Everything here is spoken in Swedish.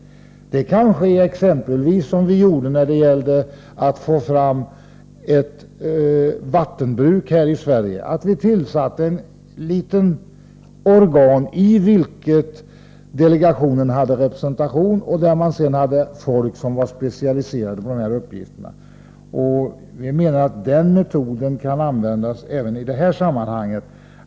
Det kan ske exempelvis som när det gällde att få fram ett vattenbruk här i Sverige, då vi tillsatte ett litet organ i vilket delegationen hade representation och där det sedan fanns personer som var specialiserade på de här uppgifterna. Vi menar att den metoden kan användas även i det här sammanhanget.